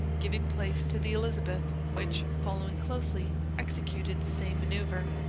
giving place to the elizabeth, which, following closely, executed the same manoeuver.